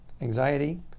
anxiety